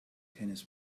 tennis